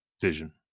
vision